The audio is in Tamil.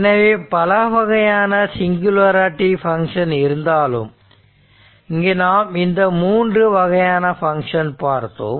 எனவே பலவகையான சிங்குலாரிட்டி பங்க்ஷன் இருந்தாலும் இங்கு நாம் இந்த 3 வகையான பங்க்ஷன் பார்த்தோம்